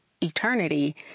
eternity